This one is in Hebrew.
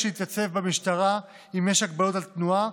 להתייצב במשטרה אם יש הגבלות תנועה,